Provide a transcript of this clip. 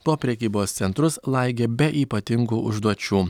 po prekybos centrus laigė be ypatingų užduočių